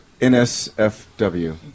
NSFW